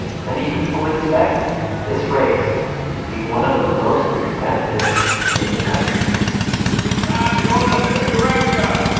many people expect this race to be one of the most expensive in the country it's time to go in a new direction